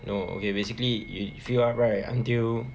no okay basically if you fill up right until